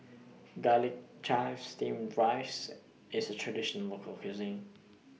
Garlic Chives Steamed Rice IS Traditional Local Cuisine